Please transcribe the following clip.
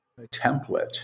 template